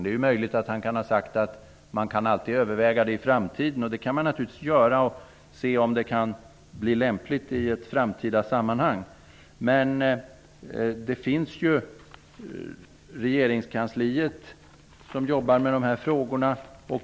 Det är möjligt att han har sagt att man kan överväga en i framtiden. Det kan man naturligtvis göra och se om det kan var lämpligt i ett framtida sammanhang. Men regeringskansliet arbetar med dessa frågor.